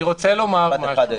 אני רוצה לומר משהו.